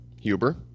Huber